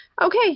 okay